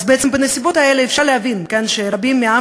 אז בעצם בנסיבות האלה אפשר להבין שרבים מהעם